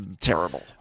terrible